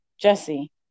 Jesse